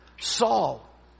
Saul